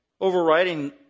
overriding